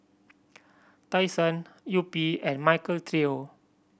Tai Sun Yupi and Michael Trio